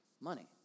money